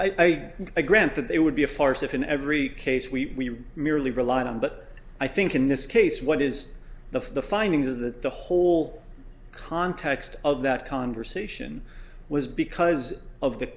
they would be a farce if in every case we merely relied on but i think in this case what is the findings is that the whole context of that conversation was because of the